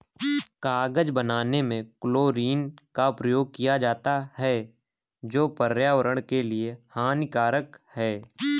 कागज बनाने में क्लोरीन का प्रयोग किया जाता है जो पर्यावरण के लिए हानिकारक है